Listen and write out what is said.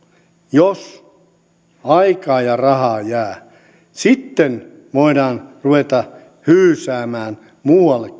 jos aikaa ja rahaa jää sitten voidaan ruveta hyysäämään muuallekin